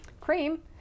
cream